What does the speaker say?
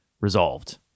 resolved